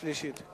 שלישית.